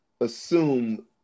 assume